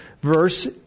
verse